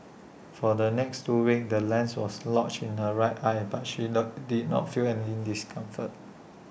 for the next two weeks the lens was lodged in her right eye but she not did not feel any discomfort